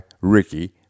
Ricky